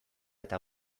eta